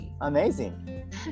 amazing